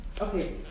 okay